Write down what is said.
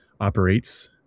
operates